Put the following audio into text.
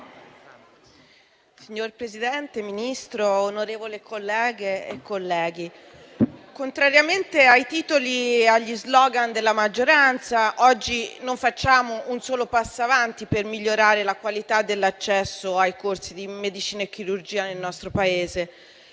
Signor Presidente, signor Ministro, onorevoli colleghe e colleghi, contrariamente ai titoli e agli *slogan* della maggioranza, oggi non facciamo un solo passo avanti per migliorare la qualità dell'accesso ai corsi di medicina e chirurgia nel nostro Paese.